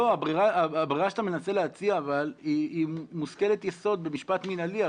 אבל הברירה שאתה מנסה להציע היא מושכלת יסוד במשפט מנהלי.